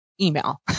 email